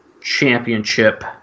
championship